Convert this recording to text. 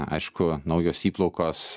aišku naujos įplaukos